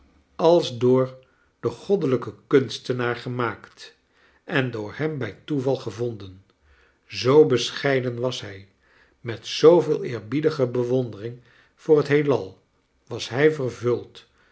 als door kleine dorrit den goddelijken kunstenaar gemaakt en door hem bij toeval gevonden zoo bescheiden was hij met zooveel eerbiedige bewondering voor het heelal was hij vervuld